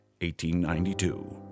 1892